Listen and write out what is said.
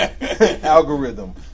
Algorithm